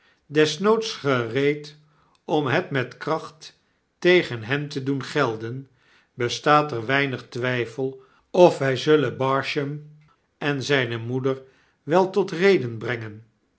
desnoods gereed om het met kracht tegen hen te doen gelden bestaat er weinigtwijfel of wij zullen barsham en zijne moeder wel tot reden brengen